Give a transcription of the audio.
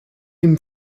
him